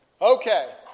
Okay